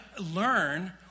learn